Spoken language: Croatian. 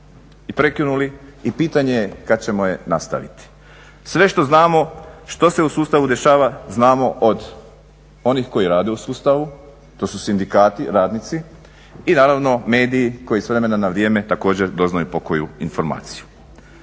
i prekinuli i pitanje je kada ćemo je nastaviti. Sve što znamo što se u sustavu dešava znamo od onih koji rade u sustavu, to su sindikati, radnici i naravno mediji koji s vremena na vrijeme također doznaju pokoju informaciju.